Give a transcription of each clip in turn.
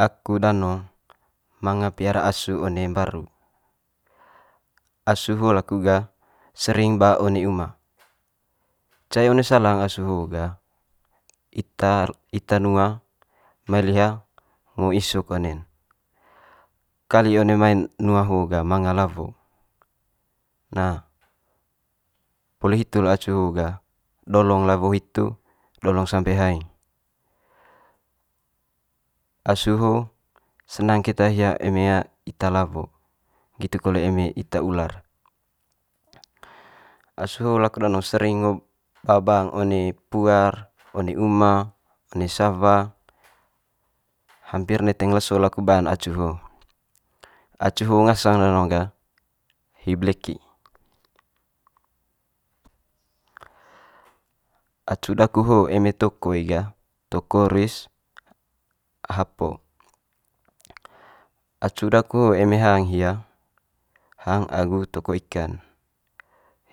Aku danong manga piara asu one mbaru, asu ho laku gah sering ba one uma. Cai one salang asu ho gah ita ita nua mai liha ngo isuk one'n, kali one mai'n nua ho gah manga lawo. Nah poli hitu le acu ho gah dolong lawo hitu dolong sampe haeng. Asu ho senang keta hia eme ita lawo, nggitu kole eme ita ular. Asu ho laku danong sering ngo ba bang one puar, one uma, one sawa, hampir neteng leso laku ba'n acu ho. Acu ho ngasang ne danong gah hi bleki, acu daku ho eme toko i gah toko ruis hapo. Acu daku ho eme hang hia hang aagu toko ikan,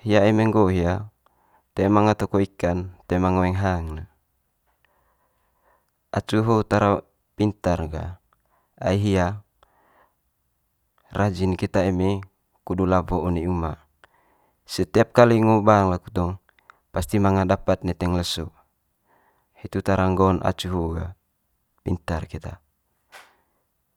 hia eme nggo hia toe manga toko ikan toe manga ngoeng hang ne. Acu ho tara pintar ne ga ai hia rajin keta eme kdud lawo one uma, setiap kali ngo bang laku tong pasti manga dapat neteng leso, hitu tara nggo'n acu ho gah pintar keta.